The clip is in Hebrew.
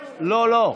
לא.